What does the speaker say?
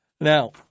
Now